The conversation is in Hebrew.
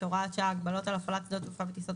(הוראת שעה) (הגבלות על הפעלת שדות תעופה וטיסות),